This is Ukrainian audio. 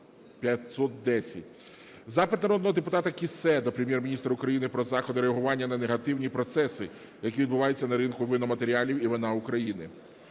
Запит народного депутата Кіссе до Прем'єр-міністра України про заходи реагування на негативні процеси, які відбуваються на ринку виноматеріалів і вина України.